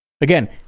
Again